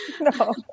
No